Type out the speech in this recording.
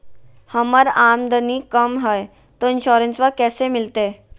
हमर आमदनी कम हय, तो इंसोरेंसबा कैसे मिलते?